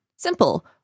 simple